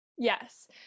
Yes